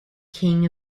king